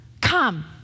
Come